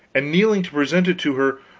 and, kneeling to present to her,